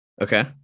Okay